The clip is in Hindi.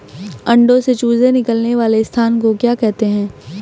अंडों से चूजे निकलने वाले स्थान को क्या कहते हैं?